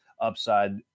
upside